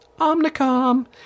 Omnicom